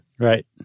Right